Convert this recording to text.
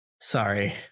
Sorry